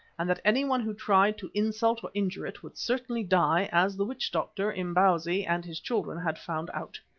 and that anyone who tried to insult or injure it, would certainly die, as the witch-doctor, imbozwi, and his children had found out.